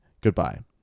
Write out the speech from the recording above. Goodbye